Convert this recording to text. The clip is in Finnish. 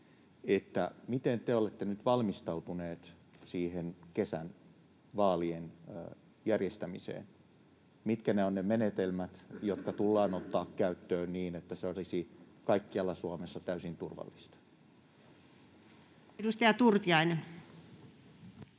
Miten te olette nyt valmistautuneet kesän vaalien järjestämiseen? Mitkä ovat ne menetelmät, jotka tullaan ottamaan käyttöön niin, että se olisi kaikkialla Suomessa täysin turvallista? [Speech